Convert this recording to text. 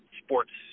sports